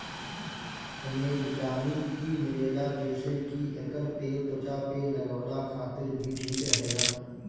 एमे vitamin E मिलेला जेसे की एकर तेल त्वचा पे लगवला खातिर भी ठीक रहेला